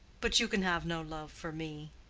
but you can have no love for me.